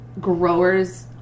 growers